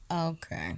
Okay